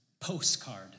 postcard